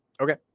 Okay